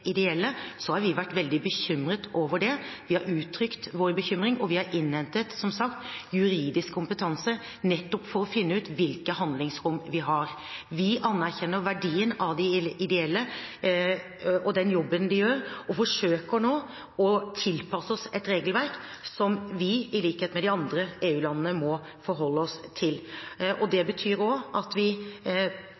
har vi vært veldig bekymret over den. Vi har uttrykt vår bekymring, og vi har som sagt innhentet juridisk kompetanse nettopp for å finne ut hvilket handlingsrom vi har. Vi anerkjenner verdien av de ideelle og den jobben de gjør, og forsøker nå å tilpasse oss et regelverk som vi i likhet med EU-landene må forholde oss til. Det